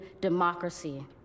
democracy